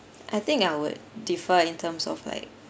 I think I would differ in terms of like